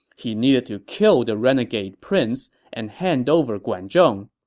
he needed to kill the renegade prince and hand over guan zhong.